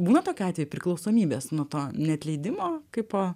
būna tokių atvejų priklausomybės nuo to neatleidimo kaipo